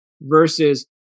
versus